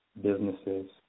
businesses